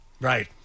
Right